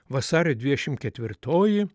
vasario dvidešimt ketvirtoji